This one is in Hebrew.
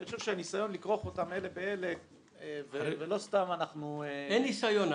אני חושב שהניסיון לכרוך אותם יחדיו ולא סתם אנחנו --- אין ניסיון.